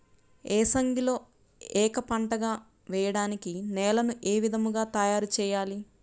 ఏసంగిలో ఏక పంటగ వెయడానికి నేలను ఏ విధముగా తయారుచేయాలి?